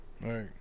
right